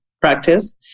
practice